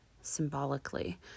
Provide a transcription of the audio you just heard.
symbolically